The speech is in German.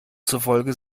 zufolge